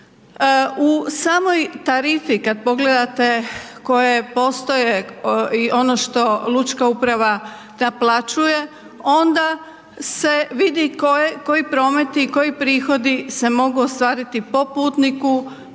U samoj tarifi kad pogledate koje postoje i ono što lučka uprava naplaćuje, onda se vidi koji prometi i koji prihodi se mogu ostvariti po putniku,